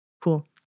cool